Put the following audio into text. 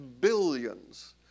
billions